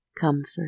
Comfort